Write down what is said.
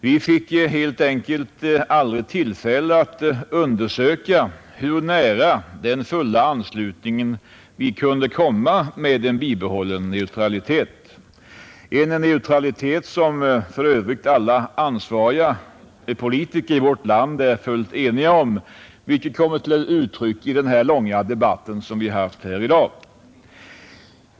Vi fick helt enkelt aldrig tillfälle att undersöka hur nära den fulla anslutningen vi kunde komma med en bibehållen neutralitet — en neutralitet som för övrigt alla ansvariga politiker i vårt land är fullt eniga om, vilket kommit till uttryck i den långa debatt vi fört här i dag.